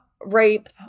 Rape